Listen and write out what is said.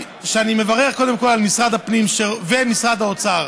שאני מברך קודם כול את משרד הפנים ומשרד האוצר,